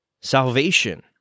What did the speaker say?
salvation